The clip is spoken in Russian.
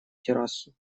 террасу